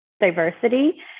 diversity